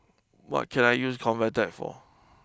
what can I use ConvaTec for